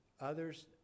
others